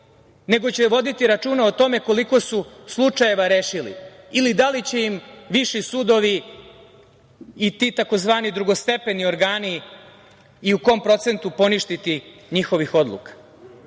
nego će voditi računa o tome koliko su slučajeva rešili ili da li će im viši sudovi i ti tzv. drugostepeni organi u kom procentu poništiti njihove odluke. Kada